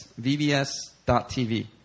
VBS.TV